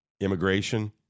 Immigration